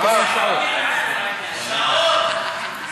הסעות.